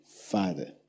father